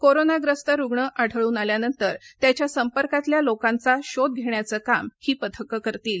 कोरोनाग्रस्त रुग्ण आढळून आल्यानंतर त्याच्या संपर्कातल्या लोकांचा शोध घेण्याचं काम ही पथकं करतील